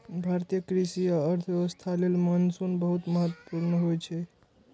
भारतीय कृषि आ अर्थव्यवस्था लेल मानसून बहुत महत्वपूर्ण होइ छै